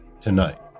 tonight